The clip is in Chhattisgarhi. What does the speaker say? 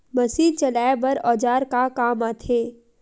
मशीन चलाए बर औजार का काम आथे?